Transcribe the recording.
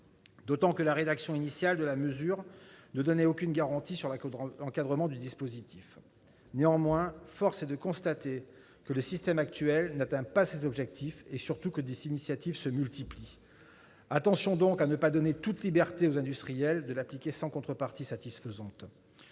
d'autant que la rédaction initiale de la mesure ne donnait aucune garantie sur l'encadrement du dispositif. Néanmoins, force est de constater que le système actuel n'atteint pas ses objectifs et, surtout, que des initiatives se multiplient. Veillons donc à ne pas donner toute liberté aux industriels de l'appliquer sans contreparties satisfaisantes.